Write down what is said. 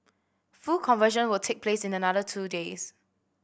full conversion will take place in another two days